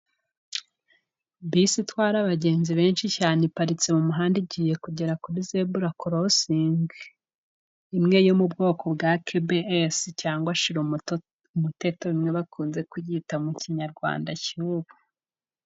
Bisi itwara abagenzi benshi cyane iparitse mu muhanda, igiye kugera kuri zebura korosingi, imwe yo mu bwoko bwa Keyibiyesi cyangwa shirumuteto, ni ko bakunze kuyita mu kinyarwanda cy'ubu.